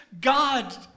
God